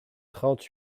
trente